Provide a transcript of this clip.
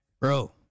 Bro